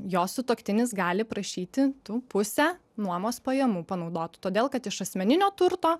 jos sutuoktinis gali prašyti tų pusę nuomos pajamų panaudotų todėl kad iš asmeninio turto